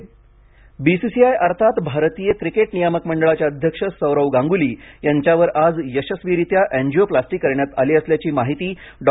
Saurav Ganguly B C C I अर्थात भारतीय cricket नियामक मंडळाचे अध्यक्ष सौरव गांगुली यांच्यावर आज यशस्वीरित्या अँजिओप्लास्टी करण्यात आली असल्याची माहिती डॉ